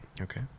Okay